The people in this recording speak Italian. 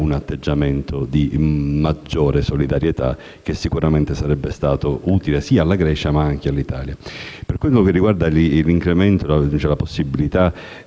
un atteggiamento di maggiore solidarietà, che sicuramente sarebbe stato utile sia alla Grecia che all'Italia Per quanto riguarda la possibilità